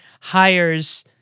hires